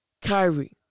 Kyrie